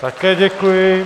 Také děkuji.